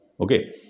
Okay